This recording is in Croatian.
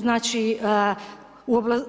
Znači,